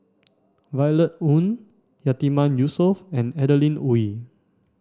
Violet Oon Yatiman Yusof and Adeline Ooi